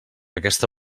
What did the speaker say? aquesta